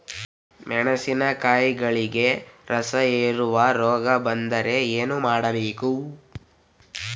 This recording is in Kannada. ಮೆಣಸಿನಕಾಯಿಗಳಿಗೆ ರಸಹೇರುವ ರೋಗ ಬಂದರೆ ಏನು ಮಾಡಬೇಕು?